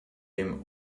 dem